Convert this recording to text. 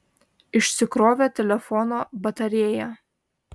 išsikrovė telefono batarėja